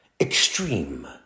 extreme